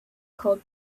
cold